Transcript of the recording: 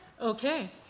okay